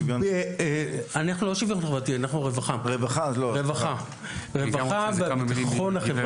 אנחנו לא שווין חברתי אנחנו רווחה וביטחון חברתי,